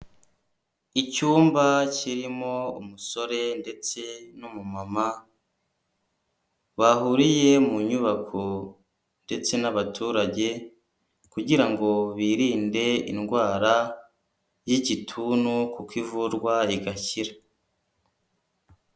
Icyumba kirimo umusore ndetse n'umumama bahuriye mu nyubako ndetse n'abaturage, kugira ngo birinde indwara y'igituntu kuko ivurwa igakira.